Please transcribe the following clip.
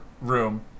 room